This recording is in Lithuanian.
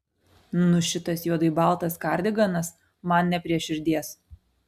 nu šitas juodai baltas kardiganas man ne prie širdies